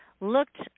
looked